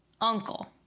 uncle